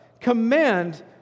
Command